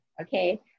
okay